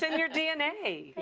and your dna. yeah.